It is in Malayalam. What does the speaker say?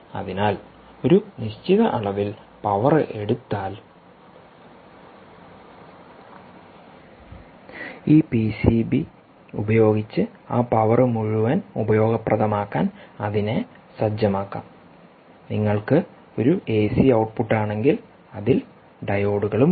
അതിനാൽ ഒരു നിശ്ചിത അളവിൽ പവർ എടുത്താൽ ഈ പിസിബിഉപയോഗിച്ച് ആ പവർ മുഴുവൻ ഉപയോഗപ്രദമാക്കാൻ അതിനെ സജ്ജമാക്കാം നിങ്ങൾക്ക് ഒരു എസി ഔട്ട്പുട്ട് ആണെങ്കിൽ അതിൽ ഡയോഡുകളുമുണ്ട്